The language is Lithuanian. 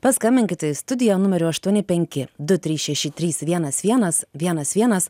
paskambinkit į studiją numeriu aštuoni penki du trys šeši trys vienas vienas vienas vienas